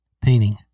Painting